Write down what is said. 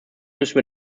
müssen